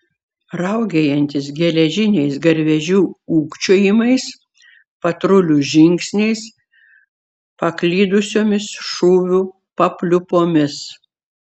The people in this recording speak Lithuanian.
raugėjantis geležiniais garvežių ūkčiojimais patrulių žingsniais paklydusiomis šūvių papliūpomis